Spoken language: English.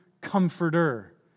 comforter